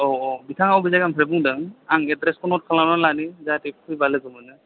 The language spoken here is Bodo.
औ औ बिथाङा अबे जायगानिफ्राय बुंदों आं एड्रेसखौ नट खालामना लानि जाहाथे फैब्ला लोगो मोनो